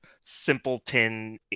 simpleton